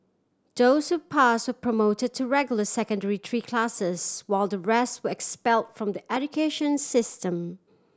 those who pass were promoted to regular Secondary Three classes while the rest were expel from the education system